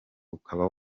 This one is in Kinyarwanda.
ukaba